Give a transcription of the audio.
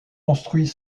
construits